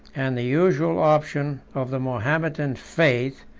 and the usual option of the mahometan faith,